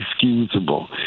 inexcusable